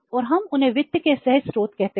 और हम उन्हें वित्त के सहज स्रोत कहते हैं